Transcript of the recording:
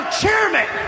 chairman